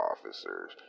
officers